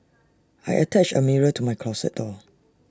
I attached A mirror to my closet door